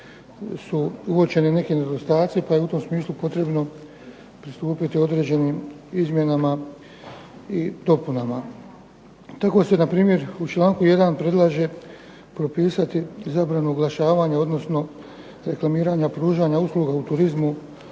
su uočeni neki nedostaci pa je u tom smislu potrebno pristupiti određenim izmjenama i dopunama. Tako se npr. u članku 1. predlaže propisati zabranu oglašavanja odnosno reklamiranja pružanja usluga u turizmu